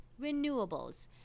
renewables